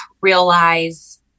realize